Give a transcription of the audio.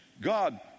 God